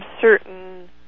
certain